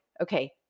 okay